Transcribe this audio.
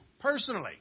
personally